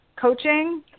coaching